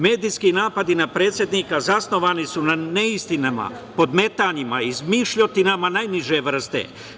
Medijski napadi na predsednika zasnovani su na neistinama, podmetanjima, izmišljotinama najniže vrste.